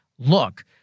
Look